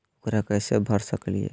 ऊकरा कैसे भर सकीले?